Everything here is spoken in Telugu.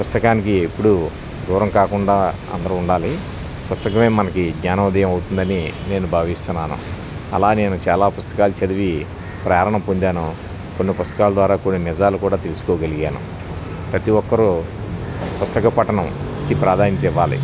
పుస్తకానికి ఎప్పుడూ దూరం కాకుండా అందరూ ఉండాలి పుస్తకమే మనకి జ్ఞానోదయం అవుతుందని నేను భావిస్తున్నాను అలా నేను చాలా పుస్తకాలు చదివి ప్రేరణ పొందాను కొన్ని పుస్తకాల ద్వారా కొన్ని నిజాలు కూడా తెలుసుకోగలిగాను ప్రతి ఒక్కరూ పుస్తక పఠనంకి ప్రాధాన్యత ఇవ్వాలి